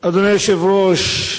אדוני היושב-ראש,